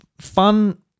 fun